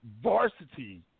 varsity